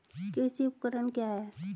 कृषि उपकरण क्या है?